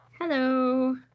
Hello